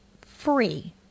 free